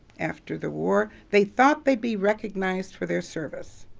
after the war, they thought they'd be recognized for their service.